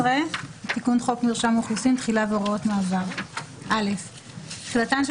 11.תיקון חוק מרשם האוכלוסין תחילה והוראות מעבר תחילתן של